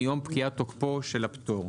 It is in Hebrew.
6ו, מיום פקיעת תוקפו של הפטור.